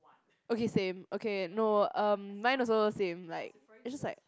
okay same okay no um mine also same like it's just like